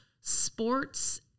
sports